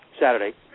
Saturday